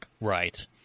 Right